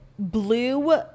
Blue